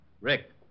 Rick